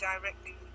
directly